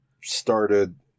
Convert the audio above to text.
started